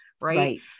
Right